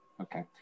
okay